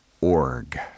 org